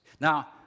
Now